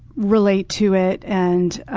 relate to it. and